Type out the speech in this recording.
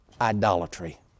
idolatry